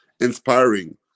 inspiring